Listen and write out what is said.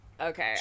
Okay